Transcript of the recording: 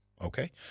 okay